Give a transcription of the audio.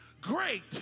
great